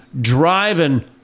driving